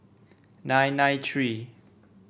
nine nine three